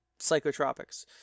Psychotropics